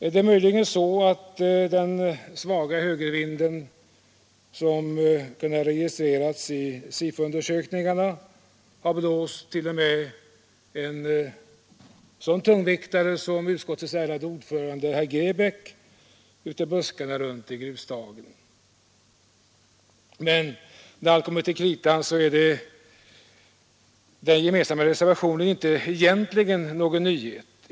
Det är möjligen så att den svaga högervinden som kunnat registreras i SIFO-undersökningarna har blåst t.o.m. en sådan tungviktare som utskottets ärade ordförande herr Grebäck ut i buskarna runt i grustagen. Men när allt kommer till kritan är den gemensamma reservationen egentligen inte någon nyhet.